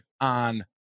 on